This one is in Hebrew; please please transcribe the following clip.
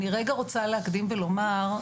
אני רגע רוצה להקדים ולומר,